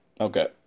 Okay